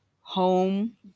home